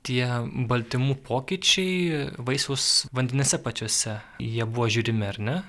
tie baltymų pokyčiai vaisiaus vandenyse pačiuose jie buvo žiūrimi ar ne